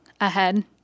ahead